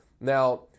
Now